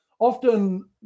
often